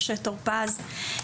מושה טור-פז.